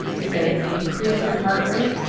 it's going to increase your heart rate.